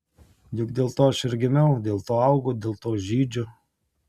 juk dėl to aš ir gimiau dėl to augu dėl to žydžiu